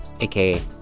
AKA